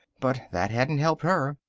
but that hadn't helped her.